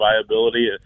viability